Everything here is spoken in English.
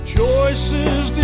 Choices